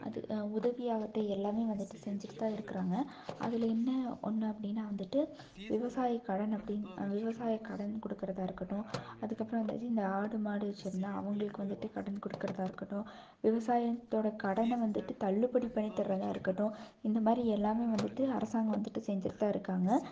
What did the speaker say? அது உதவி ஆகட்டும் எல்லாம் வந்துட்டு செஞ்சுட்டு தான் இருக்கிறாங்க அதில் என்ன ஒன்று அப்படின்னா வந்துட்டு விவசாய கடன் அப்டின்னு விவசாய கடன் கொடுக்கறதா இருக்கட்டும் அதுக்கப்பறம் இந்த இது இந்த ஆடு மாடு வெச்சுருந்தா அவங்களுக்கு வந்துட்டு கடன் கொடுக்கறதா இருக்கட்டும் விவசாயத்தோட கடனை வந்துட்டு தள்ளுபடி பண்ணி தர்றதாக இருக்கட்டும் இந்த மாதிரி எல்லாம் வந்துட்டு அரசாங்கம் வந்துட்டு செஞ்சுட்டு தான் இருக்காங்க